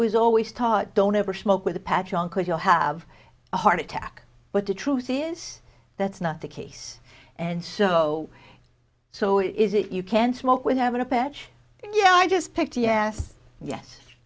was always taught don't ever smoke with a patch on because you'll have a heart attack but the truth is that's not the case and so so is it you can smoke with having a patch yeah i just picked yes yes